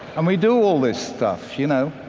and we do all this stuff, you know.